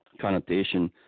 connotation